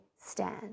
stand